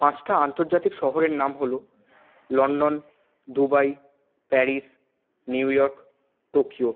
পাঁচটা আন্তর্জাতিক শহরের নাম হলো London Dubai Paris New York Tokyo